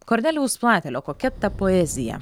kornelijaus platelio kokia ta poezija